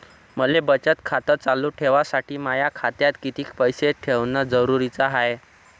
मले बचत खातं चालू ठेवासाठी माया खात्यात कितीक पैसे ठेवण जरुरीच हाय?